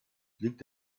blinkt